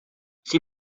sie